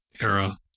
era